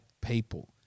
people